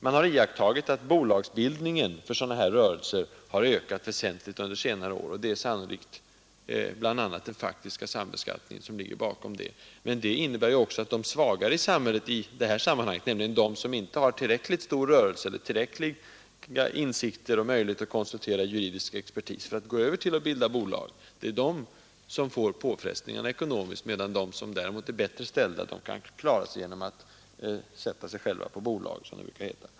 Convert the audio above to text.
Man har iakttagit att bolagsbildningen för sådana här rörelser har ökat väsentligt under senare år. Det är sannolikt den faktiska sambeskattningen som ligger bakom denna ökning. Men det innebär att de svagare i det här fallet, nämligen de som inte har tillräckligt stor rörelse för att bilda bolag eller möjlighet att konsultera juridisk expertis, får de ekonomiska påfrestningarna, medan de som är bättre ställda klarar sig genom att sätta sig själva på bolag, som det brukar heta.